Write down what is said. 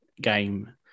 game